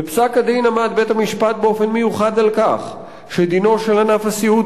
"בפסק-הדין עמד בית-המשפט באופן מיוחד על כך שדינו של ענף הסיעוד